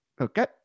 Okay